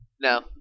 No